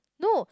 no